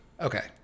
Okay